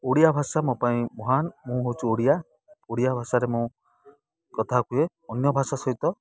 ଓଡ଼ିଆ ଭାଷା ମୋ ପାଇଁ ମହାନ୍ ମୁଁ ହଉଛି ଓଡ଼ିଆ ଓଡ଼ିଆ ଭାଷାରେ ମୁଁ କଥା କୁହେ ଅନ୍ୟ ଭାଷା ସହିତ